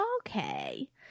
Okay